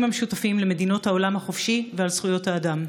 המשותפים למדינות העולם החופשי ועל זכויות האדם.